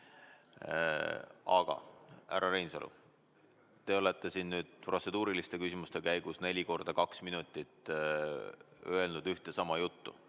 Aga, härra Reinsalu, te olete siin nüüd protseduuriliste küsimuste käigus 4 x 2 minutit öelnud ühte ja sama juttu.